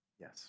Yes